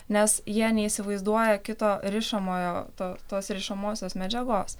nes jie neįsivaizduoja kito rišamojo to tos rišamosios medžiagos